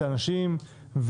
לאנשים,